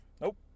Nope